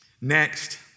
Next